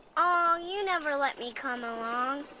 ah aw, you never let me come along.